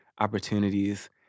opportunities